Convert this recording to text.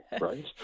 right